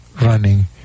running